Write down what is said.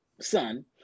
son